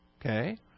Okay